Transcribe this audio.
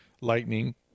Lightning